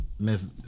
Miss